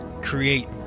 create